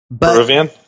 Peruvian